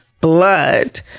blood